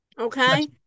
Okay